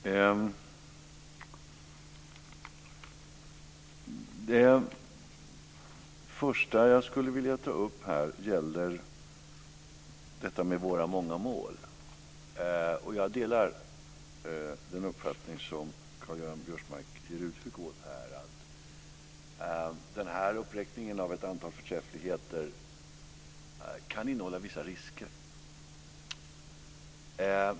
Fru talman! Det första jag skulle vilja ta upp gäller våra många mål. Jag delar den uppfattning som Karl-Göran Biörsmark ger uttryck för här. Uppräkningen av ett antal förträffligheter kan innehålla vissa risker.